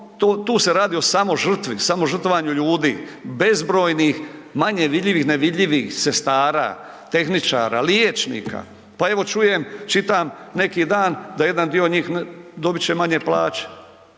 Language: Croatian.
o samožrtvi, samožrtvovanju ljudi, bezbrojnih manje vidljivih, nevidljivih sestara, tehničara, liječnika. Pa evo čujem, čitam neki dan da jedan dio njih dobit će manje plaće.